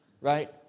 right